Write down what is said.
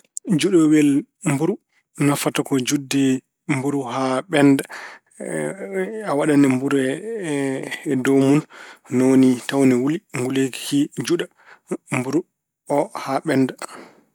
Juɗoowel mburu nafata ko juɗde mburu haa ɓennda. a waɗan e- mburu e dow mun, ni woni tawa ina wuli, nguleeki ki juɗa mburu o haa ɓennda.